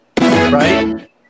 right